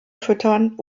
füttern